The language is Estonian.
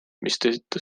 mistõttu